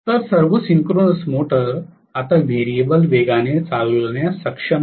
तर सर्व synchronous motors आता व्हेरिएबल वेगाने चालविण्यास सक्षम आहेत